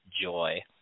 joy